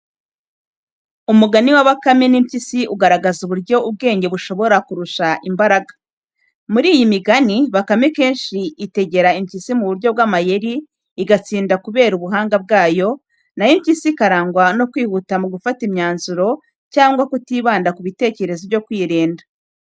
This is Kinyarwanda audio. Umugani wa Bakame n’Impyisi ugaragaza uburyo ubwenge bushobora kurusha imbaraga. Muri iyi migani, Bakame kenshi itegera Impyisi mu buryo bw’amayeri, igatsinda kubera ubuhanga bwayo, naho Impyisi ikarangwa no kwihuta mu gufata imyanzuro cyangwa kutibanda ku bitekerezo byo kwirinda.